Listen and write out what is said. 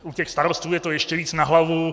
U těch starostů je to ještě víc na hlavu.